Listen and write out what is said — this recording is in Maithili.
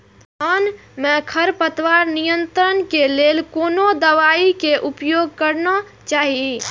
धान में खरपतवार नियंत्रण के लेल कोनो दवाई के उपयोग करना चाही?